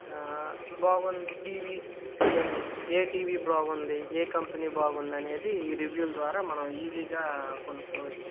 బాగుంది టీవీస్ ఏ టీవీ బాగుంది ఏ కంపెనీ బాగుందనేది ఈ రివ్యూల ద్వారా మనం ఈజీగా కొనుక్కోవచ్చు